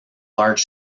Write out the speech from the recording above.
large